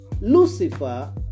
Lucifer